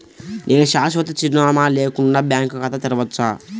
నేను శాశ్వత చిరునామా లేకుండా బ్యాంక్ ఖాతా తెరవచ్చా?